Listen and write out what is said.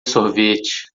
sorvete